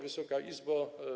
Wysoka Izbo!